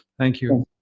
thank you.